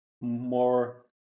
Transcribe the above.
more